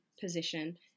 position